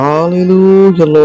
Hallelujah